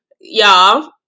Y'all